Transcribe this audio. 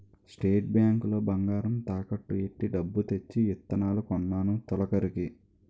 state bank లో బంగారం తాకట్టు ఎట్టి డబ్బు తెచ్చి ఇత్తనాలు కొన్నాను తొలకరికి